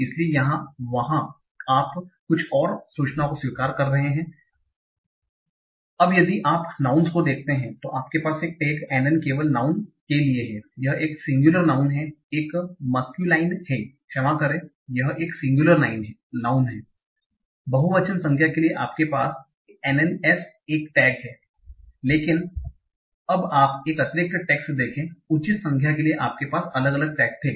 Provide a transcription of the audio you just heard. इसलिए आप वहां कुछ और सूचनाओं को स्वीकार कर रहे हैं संदर्भ समय 0716 अब यदि आप नाउँनस को देखते हैं तो आपके पास एक टैग NN केवल नाउँन के लिए है यह एक सिंगुलर नाउँन है एक मस्कुलाइन है क्षमा करें यह एक सिंगुलर नाउँन है बहुवचन संज्ञा के लिए आपके पास NNS एक टैग हैं लेकिन अब आप एक अतिरिक्त टेक्स्ट देखें उचित संज्ञा के लिए आपके पास अलग अलग टैग थे